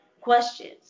questions